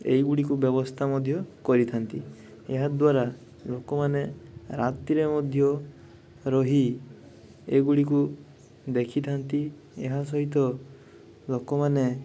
ଏଇ ଗୁଡ଼ିକ ବ୍ୟବସ୍ଥା ମଧ୍ୟ କରିଥାନ୍ତି ଏହାଦ୍ୱାରା ଲୋକମାନେ ରାତିରେ ମଧ୍ୟ ରହି ଏଗୁଡ଼ିକୁ ଦେଖିଥାନ୍ତି ଏହା ସହିତ ଲୋକମାନେ